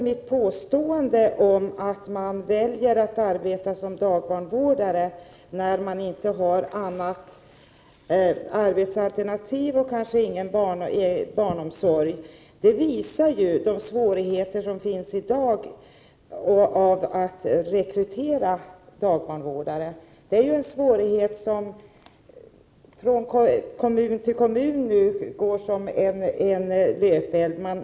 Mitt påstående om att man väljer att arbeta som dagbarnvårdare om man inte har annat arbetsalternativ eller kanske inte har barnomsorgen ordnad visar de svårigheter som finns i dag att rekrytera dagbarnvårdare. Denna svårighet går som en löpeld från kommun till kommun.